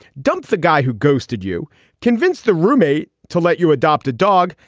dump the guy who goes. did you convince the roommate to let you adopt a dog?